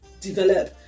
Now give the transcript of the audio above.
develop